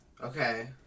Okay